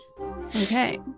Okay